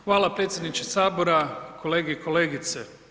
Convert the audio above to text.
Hvala predsjedniče sabora, kolege i kolegice.